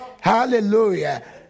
Hallelujah